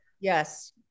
Yes